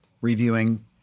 reviewing